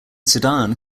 sudan